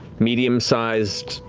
medium-sized,